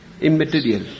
immaterial